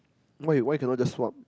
why why cannot just swap